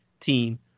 team